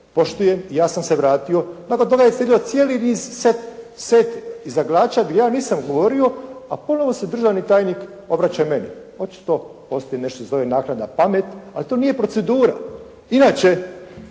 poštujem i ja sam se vratio. Nakon toga je stiglo cijeli niz, set izlagača gdje ja nisam govorio a ponovno se državni tajnik obraća meni. Očito postoji nešto što se zove naknadna pamet, ali to nije procedura. Inače,